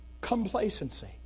complacency